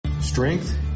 Strength